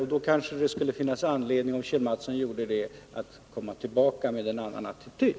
Om Kjell Mattsson gör det kanske han finner att det finns anledning för honom att komma tillbaka med en annan attityd.